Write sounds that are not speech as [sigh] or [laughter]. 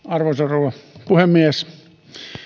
[unintelligible] arvoisa rouva puhemies